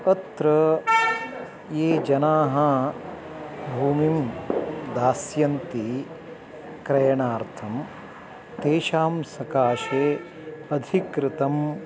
अत्र ये जनाः भूमिं दास्यन्ति क्रयणार्थं तेषां सकाशे अधिकृतं